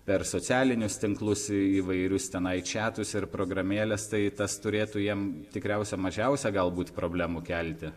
per socialinius tinklus įvairius tenai čiatus ir programėles tai tas turėtų jiem tikriausia mažiausia galbūt problemų kelti